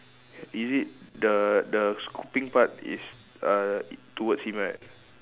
is it the the scooping part is uh towards him right